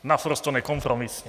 Naprosto nekompromisně.